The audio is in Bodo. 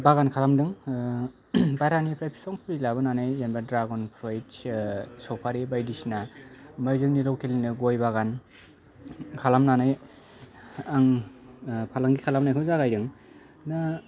बागान खालामदों बाहेरानिफ्राय फिफां फुलि लाबोनानै जेनेबा ड्रागन प्रुइट्स सफारि बायदिसिना ओमफ्राय जोंनि सकेलनिनो गय बागान खालामनानै आं फालांगि खालामनायखौ जागायदों बिदिनो